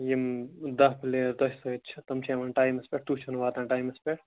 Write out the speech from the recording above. یِم داہ پٕلیر تۄہہِ سۭتۍ چھِ تِم چھِ یِوان ٹایمَس پیٚٹھ تُہۍ چھُو نہٕ واتان ٹایمَس پیٚٹھ